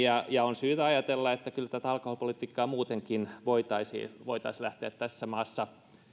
ja ja on syytä ajatella että kyllä tätä alkoholipolitiikkaa muutenkin voitaisiin voitaisiin lähteä tässä maassa